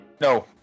No